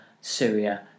Syria